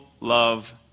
love